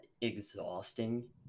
exhausting